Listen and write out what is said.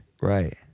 Right